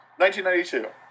1992